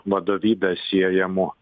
vadovybe siejamu